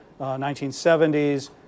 1970s